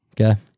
Okay